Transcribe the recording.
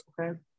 okay